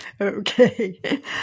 Okay